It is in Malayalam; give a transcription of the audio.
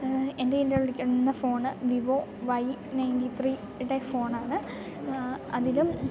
എൻ്റെ എൻ്റെ വിളിക്കാൻ തന്ന ഫോണ് വിവോ വൈ നയൻറ്റി ത്രീയുടെ ഫോണാണ് അതിലും